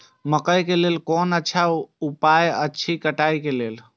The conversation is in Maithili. मकैय के लेल कोन अच्छा उपाय अछि कटाई के लेल?